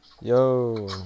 Yo